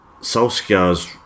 Solskjaer's